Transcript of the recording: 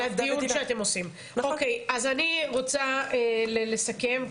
אוקיי, אז אני רוצה לסכם.